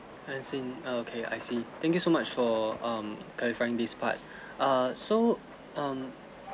as in okay I see thank you so much for um clarifying this part err so um